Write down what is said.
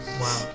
Wow